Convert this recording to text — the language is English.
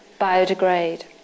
biodegrade